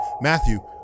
Matthew